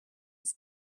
its